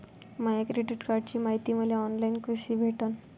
माया credit कार्डची मायती मले ऑनलाईन कसी भेटन?